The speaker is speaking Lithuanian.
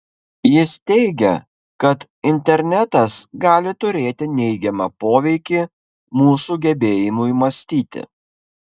jis teigia kad internetas gali turėti neigiamą poveikį mūsų gebėjimui mąstyti